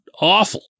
awful